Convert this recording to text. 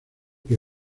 que